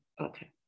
Okay